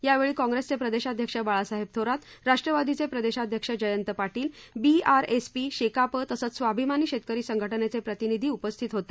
यावेळी काँग्रेसचे प्रदेशाध्यक्ष बाळासाहेब थोरात राष्ट्रवादीचे प्रदेशाध्यक्ष जयंत पाटील बीआरएसपी शेकाप तसंच स्वाभिमानी शेतकरी संघटनेचे प्रतिनिधी उपस्थित होते